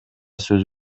сөз